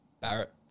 Barrett